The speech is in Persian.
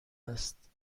است